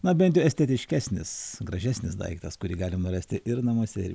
na bent jau estetiškesnis gražesnis daiktas kurį galima rasti ir namuose ir